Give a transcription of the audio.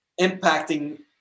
impacting